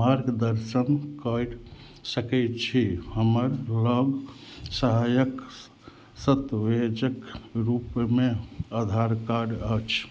मार्गदर्शन करि सकय छी हमर लग सहायक सतवेजक रूपमे आधार कार्ड अछि